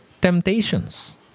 temptations